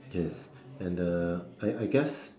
yes and uh I I guess